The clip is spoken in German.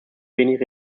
wenig